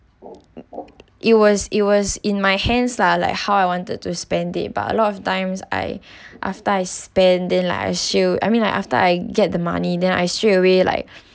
it was it was in my hands lah like how I wanted to spend it but a lot of times I after I spend then like I straight I mean like after I get the money then I straight away like